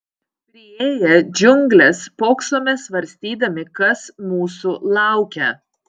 priėję džiungles spoksome svarstydami kas mūsų laukia